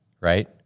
right